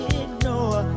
ignore